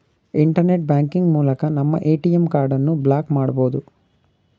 internet banking ಮೂಲಕ ನಮ್ಮ ATM ಕಾರ್ಡನ್ನು ಬ್ಲಾಕ್ ಮಾಡಬೊದು